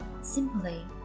simply